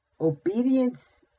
obedience